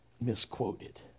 misquoted